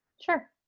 Sure